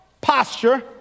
posture